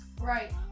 Right